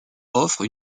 offre